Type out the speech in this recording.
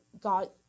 God